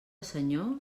senyor